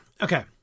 okay